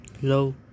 Hello